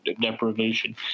deprivation